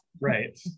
right